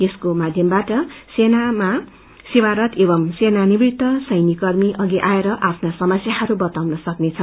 यसक ेमपाध्यमबाट सेनाका सेवारत एवं सेनानिवृत सैन्यकर्मी अघि आएर आफ्नो समस्यहरू बताउनु सक्नेछ